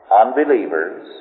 unbelievers